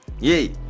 yay